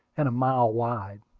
and a mile wide.